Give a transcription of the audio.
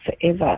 forever